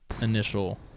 initial